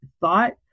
thought